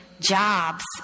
jobs